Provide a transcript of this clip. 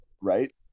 right